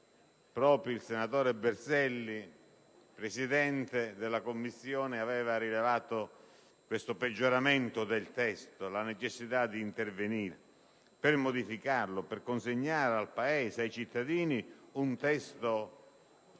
proprio il senatore Berselli, Presidente di tale Commissione, aveva rilevato un peggioramento del testo, la necessità di intervenire per modificarlo e consegnare al Paese e ai cittadini un testo